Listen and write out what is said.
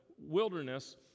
wilderness